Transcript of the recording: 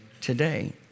today